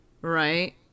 Right